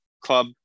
club